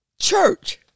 Church